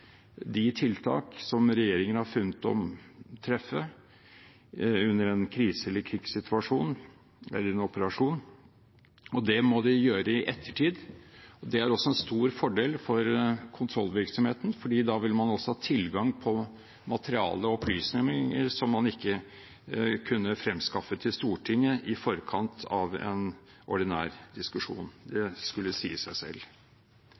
de tiltakene som regjeringen har funnet å måtte treffe i en krise- eller krigssituasjon eller en operasjon. Det må de gjøre i ettertid. Det er også en stor fordel for kontrollvirksomheten, for da vil man ha tilgang på materiale og opplysninger som man ikke kunne fremskaffe til Stortinget i forkant av en ordinær diskusjon. Det skulle si seg selv.